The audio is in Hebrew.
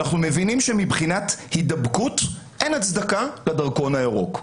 אנחנו מבינים שמבחינת הידבקות אין הצדקה לדרכון הירוק.